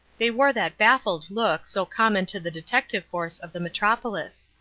they wore that baffled look so common to the detective force of the metropolis.